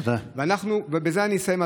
תודה בזה אני אסיים,